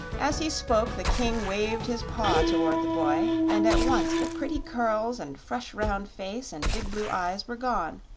as he spoke the king waved his paw toward the boy, and at once the pretty curls and fresh round face and big blue eyes were gone,